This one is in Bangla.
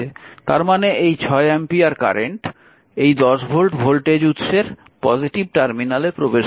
তার মানে এই 6 অ্যাম্পিয়ার কারেন্ট এই 10 ভোল্ট ভোল্টেজ উৎসের পজিটিভ টার্মিনালে প্রবেশ করছে